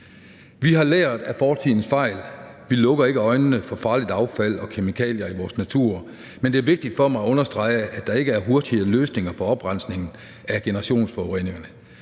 Vi har lært af fortidens fejl. Vi lukker ikke øjnene for farligt affald og kemikalier i vores natur, men det er vigtigt for mig at understrege, at der ikke er hurtige løsninger på oprensningen af generationsforureningerne.